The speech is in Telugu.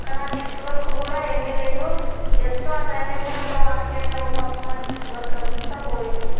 కానీ ఆ చిప్స్ వర్క్ కూడా ఏమీ లేదు జస్ట్ వన్ టైం వేసినప్పుడు ఇలా వాష్ చేసే మొత్తం ఆ చిప్స్ వర్క్ అంతా పోయింది